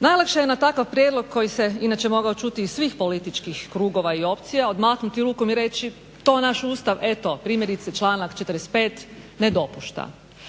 Najlakše je na takav prijedlog koji se inače mogao čuti iz svih političkih krugova i opcija odmahnuti rukom i reći to naš Ustav, primjerice članak 45. ne dopušta,